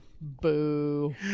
Boo